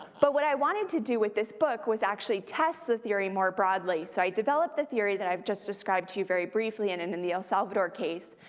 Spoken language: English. but what i wanted to do with this book was actually test the theory more broadly, so i developed the theory that i've just described to you very briefly, and and in the el salvador case.